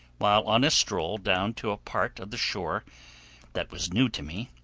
while on a stroll down to a part of the shore that was new to me,